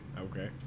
Okay